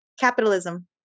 Capitalism